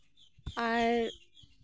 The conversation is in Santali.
ᱟᱨ